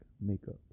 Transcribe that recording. makeup